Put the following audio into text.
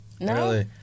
No